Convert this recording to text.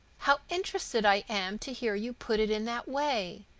how interested i am to hear you put it in that way.